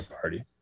party